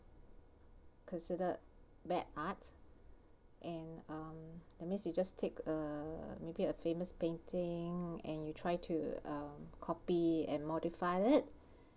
considered bad art and um that means you just take uh maybe a famous painting and you try to uh copy and modify it